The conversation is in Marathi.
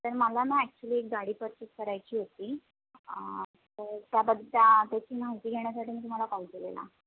तर मला ना ॲक्च्युली एक गाडी पर्चेस करायची होती तर त्याबद्दल त्या त्याची माहिती घेण्यासाठी मी तुम्हाला कॉल केलेला